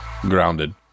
grounded